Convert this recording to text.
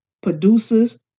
producers